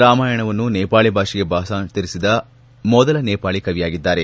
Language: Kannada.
ರಾಮಾಯಣವನ್ನು ನೇಪಾಳಿ ಭಾಷೆಗೆ ಭಾಷಾಂತರಿಸಿದ ಮೊದಲ ನೇಪಾಳಿ ಕವಿಯಾಗಿದ್ದಾರೆ